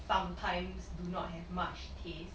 sometimes do not have much taste